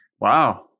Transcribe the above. Wow